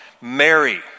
Mary